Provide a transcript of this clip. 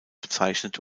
bezeichnet